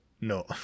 No